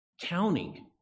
counting